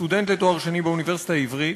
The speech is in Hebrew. סטודנט לתואר שני באוניברסיטה העברית,